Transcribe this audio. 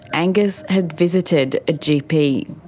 angus had visited a gp.